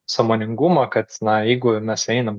sąmoningumą kads na jeigu mes einam